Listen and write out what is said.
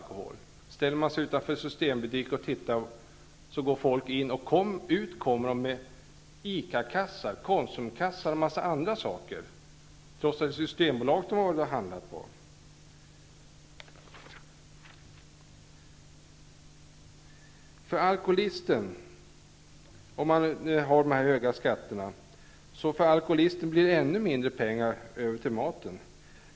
Om man ställer sig utanför en systembutik och tittar, ser man hur människor går in och sedan kommer ut med t.ex. ICA eller Konsumkassar, trots att de har handlat på Med så höga skatter på alkohol blir det ännu mindre pengar över till mat för alkoholisten.